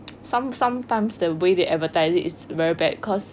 some sometimes the way they advertise it is very bad cause